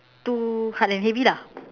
too hard and heavy lah